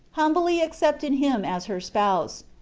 humbly accepted him as her spouse,